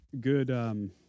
good